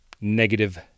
negative